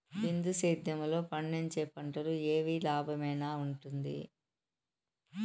బిందు సేద్యము లో పండించే పంటలు ఏవి లాభమేనా వుంటుంది?